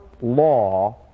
law